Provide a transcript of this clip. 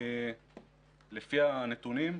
לפי הנתונים,